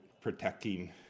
protecting